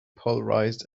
polarized